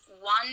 One